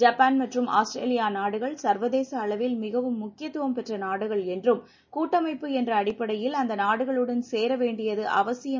Japan மற்றும் Australia நாடுகள் சர்வதேச அளவில் மிகவும் முக்கியத்துவம் பெற்ற நாடுகள் என்றும் கூட்டமைப்பு என்ற அடிப்படையில் அந்த நாடுகளுடன் சேர வேண்டியது அவசியம்